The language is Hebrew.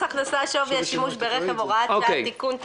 הכנסה (שווי השימוש ברכב) (הוראת שעה) (תיקון),